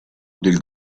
del